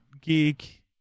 geek